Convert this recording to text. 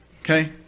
Okay